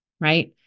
Right